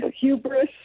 hubris